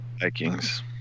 Vikings